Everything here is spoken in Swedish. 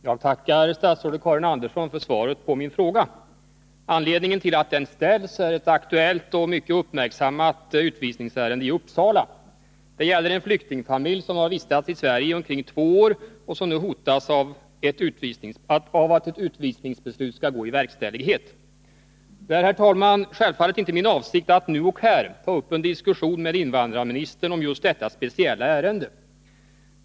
Herr talman! Jag tackar statsrådet Karin Andersson för svaret på min fråga. Anledningen till att den ställts är ett aktuellt och mycket uppmärksammat utvisningsärende i Uppsala. Det gäller en flyktingfamilj som har vistats i Sverige i omkring två år och som nu hotas av att ett utvisningsbeslut skall gå i verkställighet. Det är, herr talman, älvfallet inte min avsikt att nu och här ta upp en diskussion med invandrarministern om just detta speciella ärende.